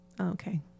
Okay